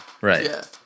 Right